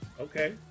Okay